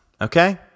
okay